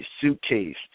suitcase